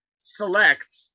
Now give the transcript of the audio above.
select